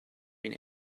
been